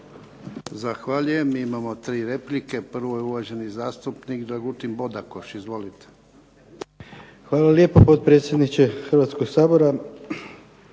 Zahvaljujem. Imamo 3 replike. Prvo je uvaženi zastupnik Dragutin Bodakoš. Izvolite. **Bodakoš, Dragutin (SDP)** Hvala lijepa potpredsjedniče Hrvatskog sabora.